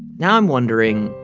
now i'm wondering,